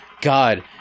God